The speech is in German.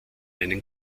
einen